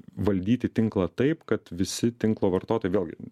valdyti tinklą taip kad visi tinklo vartotojai vėlgi